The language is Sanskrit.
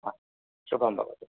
हा शुभं भवतु